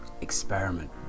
experiment